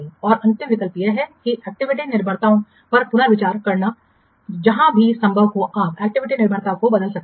और अंतिम विकल्प यह है कि एक्टिविटी निर्भरताओं पर पुनर्विचार करना जहाँ भी संभव हो आप एक्टिविटी निर्भरता को बदल सकते हैं